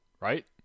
Right